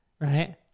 right